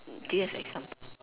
do you have example